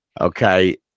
Okay